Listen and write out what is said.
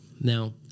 Now